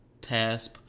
TASP